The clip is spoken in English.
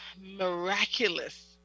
miraculous